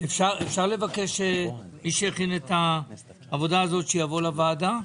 אפשר לבקש שמי שהכין את העבודה הזו יבוא לוועדה?